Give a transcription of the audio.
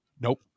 Nope